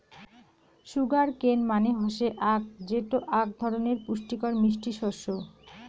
sugar cane মানে হসে আখ যেটো আক ধরণের পুষ্টিকর মিষ্টি শস্য